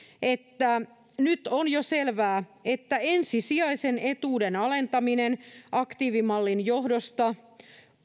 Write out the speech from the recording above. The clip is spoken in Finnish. että jo nyt on selvää että ensisijaisen etuuden alentaminen aktiivimallin johdosta